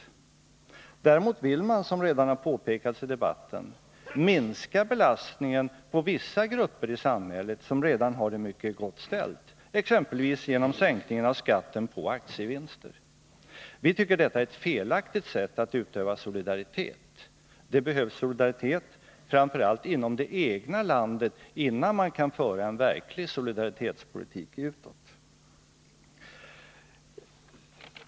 Regeringen vill däremot, som redan har påpekats i debatten, minska belastningen på vissa grupper i samhället som även dessförinnan har det mycket gott ställt, exempelvis genom sänkningen av skatten på aktievinster. Vi tycker att detta är ett felaktigt sätt att utöva solidaritet. Vad som framför allt behövs innan man kan föra en verklig solidaritetspolitik utåt är en solidaritet inom det egna landet.